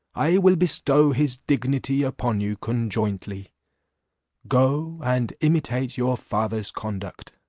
i will bestow his dignity upon you conjointly go, and imitate your father's conduct.